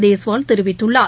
தேஸ்வால் தெரிவித்துள்ளார்